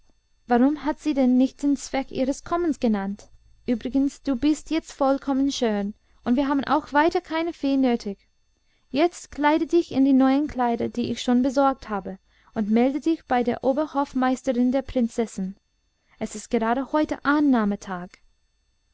warum hat sie denn nicht den zweck ihres kommens genannt übrigens du bist jetzt vollkommen schön und wir haben auch weiter keine fee nötig jetzt kleide dich in die neuen kleider die ich schon besorgt habe und melde dich bei der oberhofmeisterin der prinzessin es ist gerade heute annahmetag